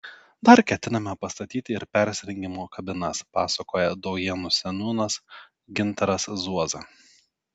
dar ketiname pastatyti ir persirengimo kabinas pasakoja daujėnų seniūnas gintaras zuoza